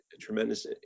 tremendous